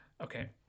Okay